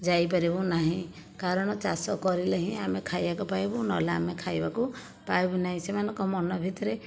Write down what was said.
ଯାଇ ପାରିବୁ ନାହିଁ କାରଣ ଚାଷ କରିଲେ ହିଁ ଆମେ ଖାଇବାକୁ ପାଇବୁ ନହେଲେ ଆମେ ଖାଇବାକୁ ପାଇବୁ ନାହିଁ ସେମାନଙ୍କ ମନ ଭିତରେ